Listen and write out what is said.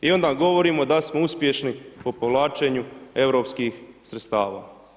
I onda govorimo da smo uspješni po povlačenju europskih sredstava.